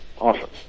Awesome